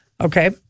Okay